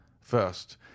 first